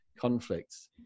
conflicts